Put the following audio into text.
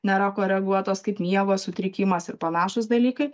nėra koreguotos kaip miego sutrikimas ir panašūs dalykai